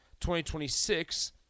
2026